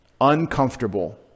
Uncomfortable